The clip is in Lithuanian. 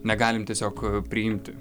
negalim tiesiog priimti